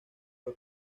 fue